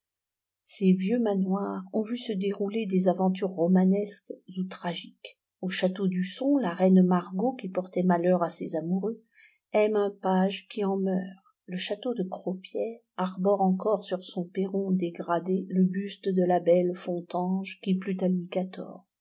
ces vieux manoirs ont vu se dérouler des aventures romanesques ou tragiques au château d'usson la reine margot qui portait malheur à ses amoureux aime un page qui en meurt le château de cropière arbore encore sur son perron dégradé le buste de la belle fontanges qui plut à